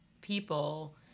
people